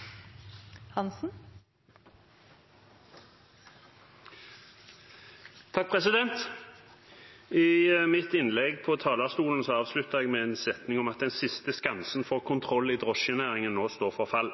i drosjenæringen nå står for fall.